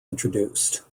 introduced